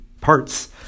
parts